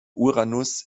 uranus